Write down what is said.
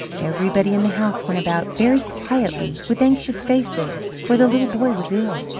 everybody in the house went about very quietly, with anxious faces for the little boy was ill.